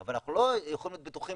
אבל אנחנו לא יכולים להיות בטוחים